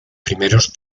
primeros